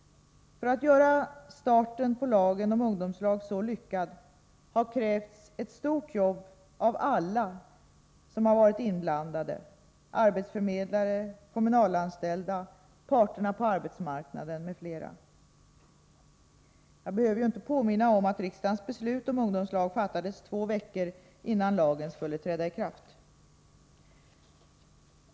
För att göra starten på lagen om ungdomslag så lyckad har krävts ett stort jobb av alla som har varit inblandade — arbetsförmedlare, kommunalanställda, parterna på arbetsmarknaden m.fl. Jag behöver ju inte påminna om att riksdagens beslut om ungdomslag fattades två veckor innan lagen skulle träda i kraft.